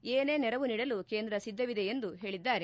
ಏನೇ ನೆರವು ನೀಡಲೂ ಕೇಂದ್ರ ಸಿದ್ದವಿದೆ ಎಂದು ಹೇಳಿದರು